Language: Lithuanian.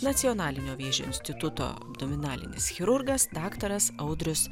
nacionalinio vėžio instituto abdominalinis chirurgas daktaras audrius